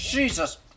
Jesus